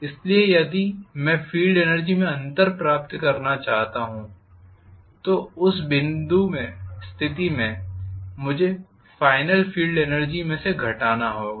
इसलिए यदि मैं फील्ड एनर्जी में अंतर प्राप्त करना चाहता हूं तो उस स्थिति में मुझे फाइनल फील्ड एनर्जी में से घटाना होगा